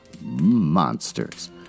Monsters